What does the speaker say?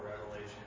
revelation